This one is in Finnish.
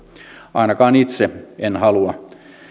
ainakaan itse en halua